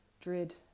Dread